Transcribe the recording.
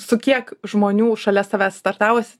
su kiek žmonių šalia savęs startavos